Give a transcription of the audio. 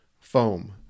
foam